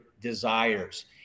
desires